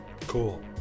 Cool